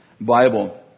Bible